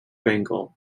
bengal